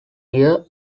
year